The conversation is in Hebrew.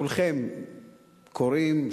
כולכם קוראים,